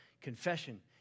Confession